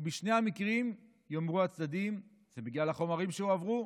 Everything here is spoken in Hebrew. ובשני המקרים יאמרו הצדדים: זה בגלל החומרים שהועברו,